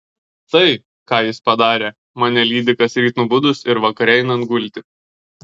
tai ką jis padarė mane lydi kasryt nubudus ir vakare einant gulti